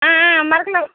ஆ ஆ மறக்கலை